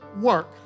work